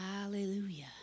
Hallelujah